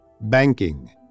banking